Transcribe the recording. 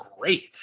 great